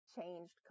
changed